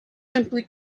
simply